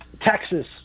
Texas